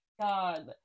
God